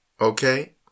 okay